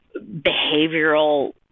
behavioral